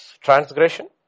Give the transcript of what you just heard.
transgression